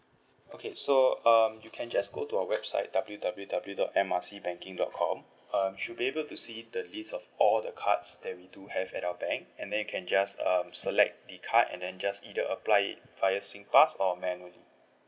okay so um you can just go to our website W W W dot M R C banking dot com um you should be able to see the list of all the cards that we do have at our bank and then you can just um select the card and then just either apply it via singpass or manually